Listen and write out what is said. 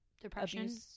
depression